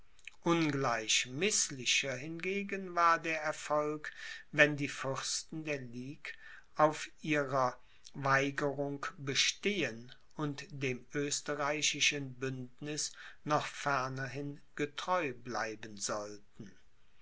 ungleich mißlicher hingegen war der erfolg wenn die fürsten der ligue auf ihrer weigerung bestehen und dem österreichischen bündniß noch fernerhin getreu bleiben sollten